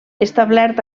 establert